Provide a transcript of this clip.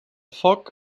foc